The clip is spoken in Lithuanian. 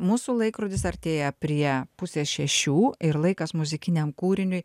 mūsų laikrodis artėja prie pusės šešių ir laikas muzikiniam kūriniui